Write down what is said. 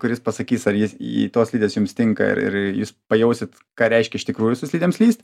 kuris pasakys ar jis į tos slidės jums tinka ir ir jūs pajausit ką reiškia iš tikrųjų su slidėm slyst